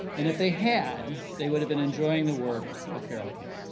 and if they had, they would've been enjoying the work of carole king.